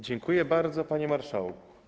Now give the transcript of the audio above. Dziękuję bardzo, panie marszałku.